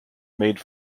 made